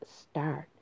start